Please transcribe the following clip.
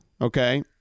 Okay